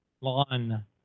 lawn